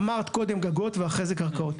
אמרת קודם גגות ואחרי זה קרקעות.